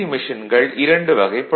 மெஷின்கள் இரண்டு வகைப்படும்